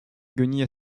guenilles